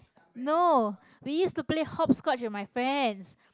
no we used play hopscotch with my friends